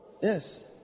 Yes